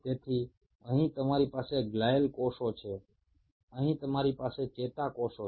তাহলে এখানে গ্লিয়ালকোষগুলো রয়েছে এবং এখানে নিউরনগুলো রয়েছে